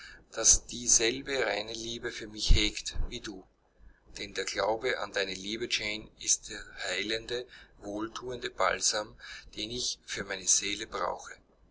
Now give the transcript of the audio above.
das dieselbe reine liebe für mich hegt wie du denn der glaube an deine liebe jane ist der heilende wohlthuende balsam den ich für meine seele brauche